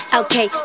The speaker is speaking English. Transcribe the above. okay